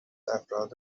افراد